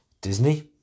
Disney